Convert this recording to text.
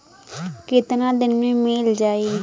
कितना दिन में मील जाई?